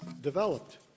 developed